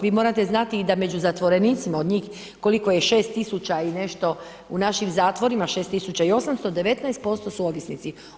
Vi morate znati da vi među zatvorenicima od njih koliko je 6000 i nešto u našim zatvorima, 6800, 19% su ovisnici.